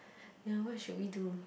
ya what should we do